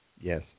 Yes